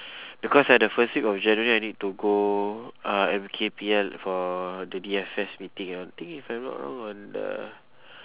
because right the first week of january I need to go uh M_K_P_L for the D_F_S meeting I think if I'm not wrong on the